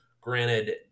Granted